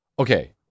Okay